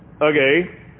Okay